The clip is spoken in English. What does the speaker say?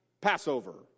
Passover